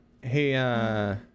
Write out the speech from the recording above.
Hey